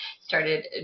started